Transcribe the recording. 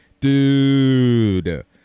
Dude